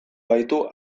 baitu